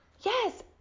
Yes